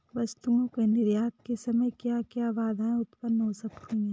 वस्तुओं के निर्यात के समय क्या क्या बाधाएं उत्पन्न हो सकती हैं?